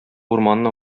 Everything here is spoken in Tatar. урманны